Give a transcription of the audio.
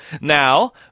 Now